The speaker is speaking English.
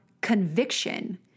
conviction